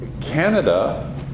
Canada